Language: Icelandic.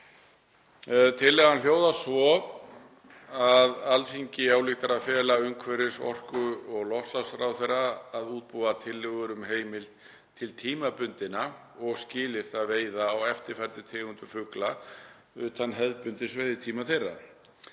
Tillagan hljóðar svo: Alþingi ályktar að fela umhverfis-, orku- og loftslagsráðherra að útbúa tillögur um heimild til tímabundinna og skilyrtra veiða á eftirfarandi tegundum fugla utan hefðbundins veiðitíma þeirra: